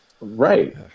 Right